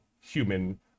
human